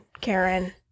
Karen